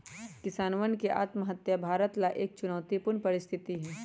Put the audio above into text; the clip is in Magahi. किसानवन के आत्महत्या भारत ला एक चुनौतीपूर्ण परिस्थिति हई